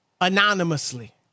anonymously